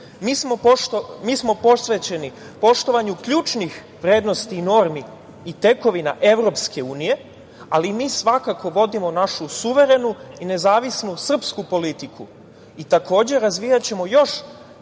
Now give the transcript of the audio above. smo posvećeni poštovanju ključnih vrednosti normi i tekovina Evropske unije, ali mi svakako vodimo našu suverenu i nezavisnu srpsku politiku i takođe razvijaćemo još